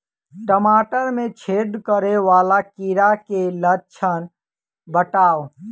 टमाटर मे छेद करै वला कीड़ा केँ लक्षण बताउ?